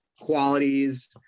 qualities